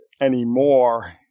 anymore